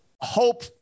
hope